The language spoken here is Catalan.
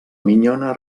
minyona